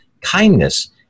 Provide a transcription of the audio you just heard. kindness